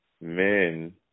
men